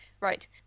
right